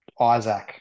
Isaac